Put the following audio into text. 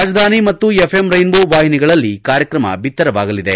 ರಾಜಧಾನಿ ಮತ್ತು FM Rainbow ವಾಹಿನಿಗಳಲ್ಲಿ ಕಾರ್ಯಕ್ರಮ ಬಿತ್ತರವಾಗಲಿದೆ